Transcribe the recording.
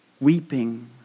weeping